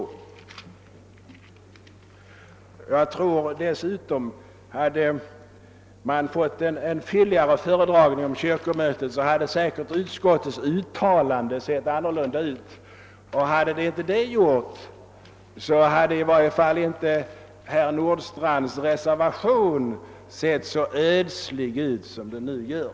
Jag tror att med en föredragning om kyrkomötets ställningstagande i höst hade statsutskottets utlåtande säkert sett annorlunda ut. Om inte, hade i varje fall herr Nordstrandhs reservation inte behövt se så ödslig ut som den nu gör.